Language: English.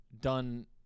done